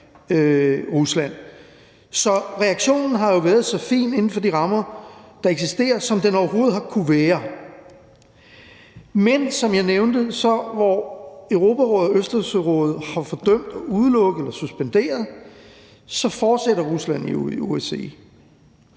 Så reaktionen har jo været så fin inden for de rammer, der eksisterer, som den overhovedet har kunnet være. Men hvor Europarådet og Østersørådet har fordømt og udelukket eller suspenderet, fortsætter Rusland jo,